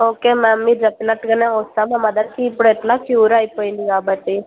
okay ma'am మీరు చెప్పినట్టుగా వస్తాను మా మదర్కి ఇప్పుడు ఎట్లా క్యూర్ అయిపోయింది కాబట్టి